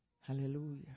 Hallelujah